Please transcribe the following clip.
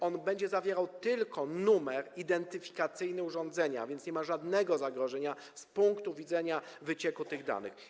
On będzie zawierał tylko numer identyfikacyjny urządzenia, więc nie ma żadnego zagrożenia, jeżeli chodzi o wyciek tych danych.